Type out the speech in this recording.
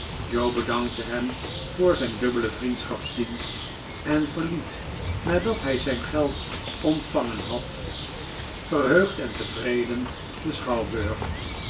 bedankte hem voor zijn dubbelen vriendschapsdienst en verliet nadat hy zyn geld ontvangen had verheugd en tevreden den schouwburg